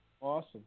Awesome